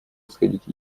исходить